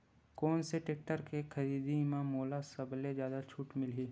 कोन से टेक्टर के खरीदी म मोला सबले जादा छुट मिलही?